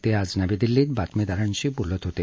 ते आज नवी दिल्लीत बातमीदारांशी बोलत होते